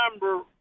remember